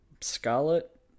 Scarlet